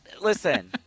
listen